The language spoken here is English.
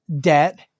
Debt